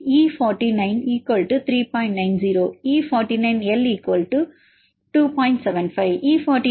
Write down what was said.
75 E49P